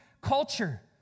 culture